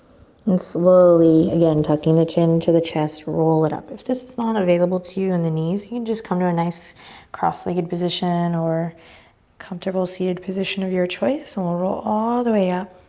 and slowly, again, tuck in the chin to the chest. roll it up. if this is not available to you in the knees you can just come to a nice cross legged position or comfortable seated position of your choice and we'll roll all the way up.